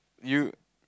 you